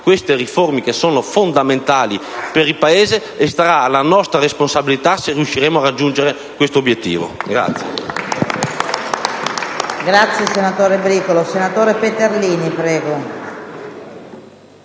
queste riforme, fondamentali per il Paese, e starà alla nostra responsabilità se riusciremo a raggiungere questo obiettivo.